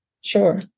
Sure